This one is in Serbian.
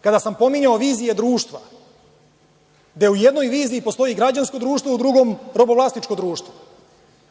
Kada sam pominjao vizije društva gde u jednoj viziji postoji građansko društvo, a u drugoj robovlasničko društvo